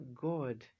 God